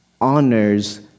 honors